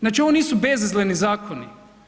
Znači ovo nisu bezazleni zakoni.